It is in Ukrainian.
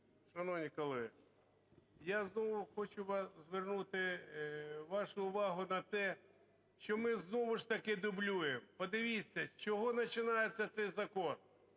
Шановні колеги, я знову хочу звернути вашу увагу на те, що ми знову ж таки дублюємо. Подивіться, з чого починається цей закон.